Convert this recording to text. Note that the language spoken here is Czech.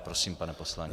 Prosím, pane poslanče.